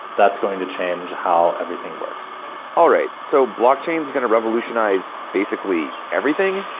that's going to change how everything works all right, so block chain is gonna revolutionalize basically everything?